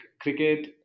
cricket